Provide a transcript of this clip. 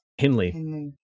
Hinley